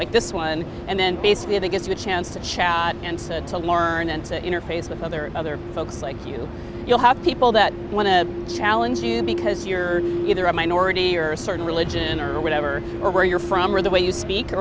like this one and then basically they get to a chance to chat and said to learn and to interface with other other folks like you you'll have people that want to challenge you because you're either a minority or a certain religion or whatever or where you're from or the way you speak or